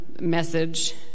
message